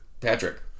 Patrick